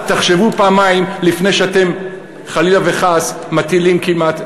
תחשבו פעמיים לפני שאתם חלילה וחס מטילים כמעט,